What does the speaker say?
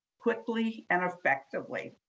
quickly and effectively.